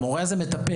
המורה הזה מטפל.